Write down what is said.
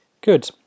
Good